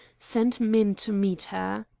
send men to meet her.